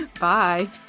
Bye